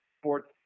sports